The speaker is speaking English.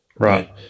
Right